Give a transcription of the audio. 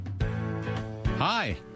Hi